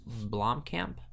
blomkamp